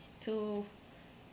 two